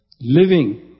Living